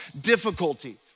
difficulty